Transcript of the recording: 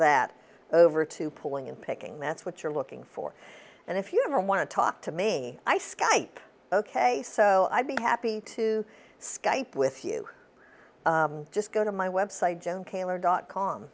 that over to pulling in picking that's what you're looking for and if you ever want to talk to me i skype ok so i'd be happy to skype with you just go to my website john cale or dot com